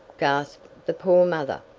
gasped the poor mother.